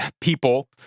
people